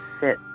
sit